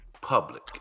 public